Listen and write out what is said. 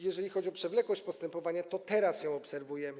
Jeżeli chodzi o przewlekłość postępowania, to właśnie teraz ją obserwujemy.